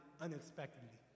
unexpectedly